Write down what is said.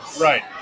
right